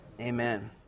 Amen